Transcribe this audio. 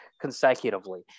consecutively